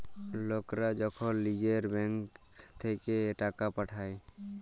লকরা যখল লিজের ব্যাংক থ্যাইকে টাকা পাঠায়